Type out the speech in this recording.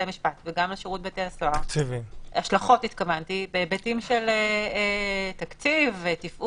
המשפט וגם על שירות בתי הסוהר בהיבטים של תקציב ותפעול,